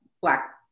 black